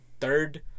third